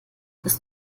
das